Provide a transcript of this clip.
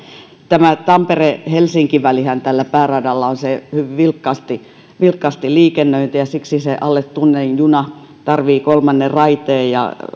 tampere helsinki välihän tällä pääradalla on se hyvin vilkkaasti vilkkaasti liikennöity ja siksi se alle tunnin juna tarvitsee kolmannen raiteen